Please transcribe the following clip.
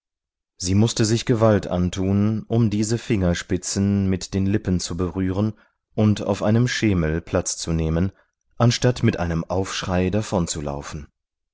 sie mußte sich gewalt antun um diese fingerspitzen mit den lippen zu berühren und auf einem schemel platz zu nehmen anstatt mit einem aufschrei davonzulaufen